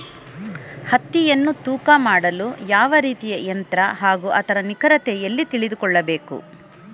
ಹತ್ತಿಯನ್ನು ತೂಕ ಮಾಡಲು ಯಾವ ರೀತಿಯ ಯಂತ್ರ ಹಾಗೂ ಅದರ ನಿಖರತೆ ಎಲ್ಲಿ ತಿಳಿದುಕೊಳ್ಳಬೇಕು?